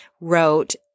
wrote